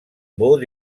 vaut